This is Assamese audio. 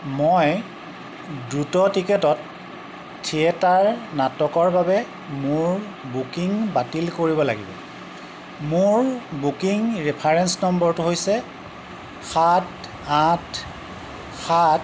মই দ্ৰুত টিকটত থিয়েটাৰ নাটকৰ বাবে মোৰ বুকিং বাতিল কৰিব লাগিব মোৰ বুকিং ৰেফাৰেঞ্চ নম্বৰটো হৈছে সাত আঠ সাত